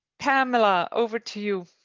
pamela, over to you